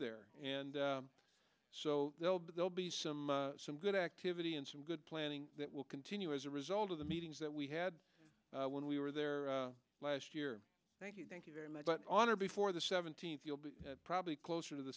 there and so they'll be some some good activity and some good planning that will continue as a result of the meetings that we had when we were there last year thank you thank you very much but on or before the seventeenth you'll be probably closer to the